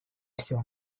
всем